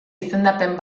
izendapen